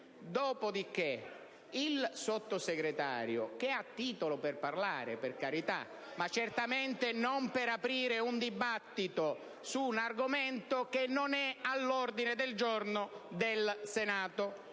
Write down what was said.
Dopo di che, il Sottosegretario, per carità, ha titolo per parlare, ma certamente non per aprire un dibattito su un argomento che non è all'ordine del giorno del Senato